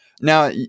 Now